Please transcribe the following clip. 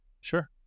Sure